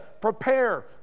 prepare